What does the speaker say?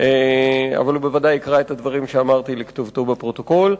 אבל הוא בוודאי יקרא את הדברים שאמרתי לכתובתו בפרוטוקול.